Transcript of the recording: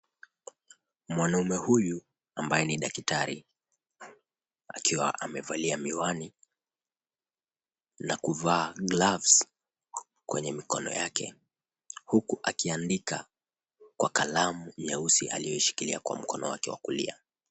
Mwanamume huyu ambaye ni daktari, akiwa amevalia miwani, na kuvaa gloves kwenye mikono yake, huku akiandika kwa kalamu nyeusi aliyoishikilia kwa mkono wake wa kulia.